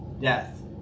death